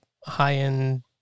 high-end